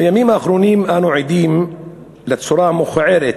בימים האחרונים אנו עדים לצורה המכוערת